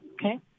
Okay